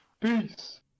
Peace